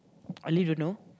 Ali don't know